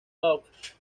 off